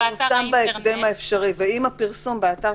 --- פרסום באתר